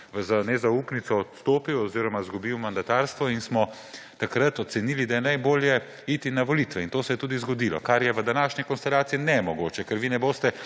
za nezaupnico odstopil oziroma izgubil mandatarstvo in smo takrat ocenili, da je najbolj iti na volitve. In to se je tudi zgodilo, kar je v današnji konstalaciji nemogoče, ker vi ne boste